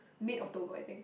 mid October I think